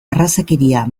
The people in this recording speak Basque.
arrazakeria